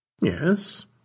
Yes